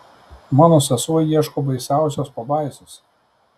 mano sesuo ieško baisiausios pabaisos